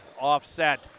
Offset